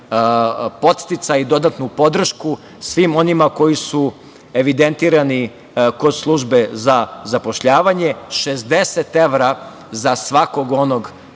dodatnu podršku svim onima koji su evidentirani kod službe za zapošljavanje 60 evra za svakog onog